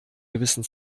gewissen